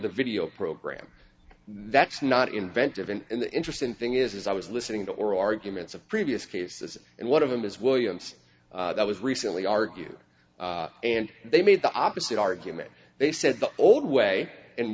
the video program that's not inventive and the interesting thing is as i was listening to oral arguments of previous cases and one of them is williams that was recently argued and they made the opposite argument they said the old way and